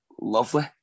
lovely